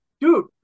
Dude